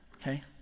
okay